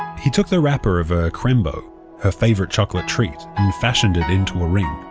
he took the wrapper of a crembo her favourite chocolate treat and fashioned it into a ring.